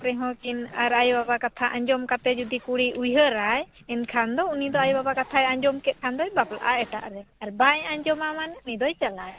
ᱨᱮᱦᱚᱸ ᱠᱤᱱ ᱟᱨ ᱟᱭᱳᱼᱵᱟᱵᱟ ᱠᱟᱛᱷᱟ ᱟᱸᱡᱚᱢ ᱠᱟᱛᱮᱫ ᱡᱩᱫᱤ ᱠᱩᱲᱤ ᱩᱭᱦᱟᱹᱨᱟᱭ ᱮᱱᱠᱷᱟᱱ ᱫᱚ ᱩᱱᱤ ᱫᱚ ᱟᱭᱳᱼᱵᱟᱵᱟ ᱠᱟᱛᱷᱟᱭ ᱟᱸᱡᱚᱢ ᱠᱮᱫ ᱠᱷᱟᱱ ᱫᱚᱭ ᱵᱟᱯᱞᱟᱜᱼᱟᱭ ᱮᱴᱟᱜ ᱨᱮ ᱟᱨ ᱵᱟᱭ ᱟᱸᱡᱚᱢᱟ ᱢᱟᱱᱮ ᱩᱱᱤ ᱫᱚᱭ ᱪᱟᱞᱟᱣ ᱮᱱᱟ